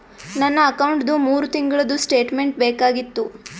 ನನ್ನ ಅಕೌಂಟ್ದು ಮೂರು ತಿಂಗಳದು ಸ್ಟೇಟ್ಮೆಂಟ್ ಬೇಕಾಗಿತ್ತು?